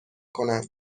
کنند